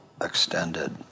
extended